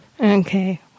Okay